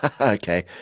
Okay